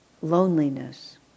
Loneliness